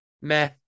Meh